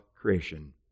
creation